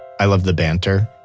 i love the banter.